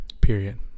Period